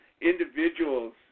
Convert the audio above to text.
individuals